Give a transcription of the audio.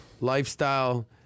lifestyle